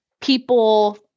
people